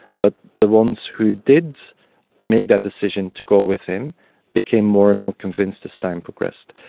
but the ones who did make that decision to go with him became more and more convinced as time progressed.